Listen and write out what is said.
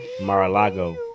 Mar-a-Lago